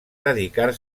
dedicar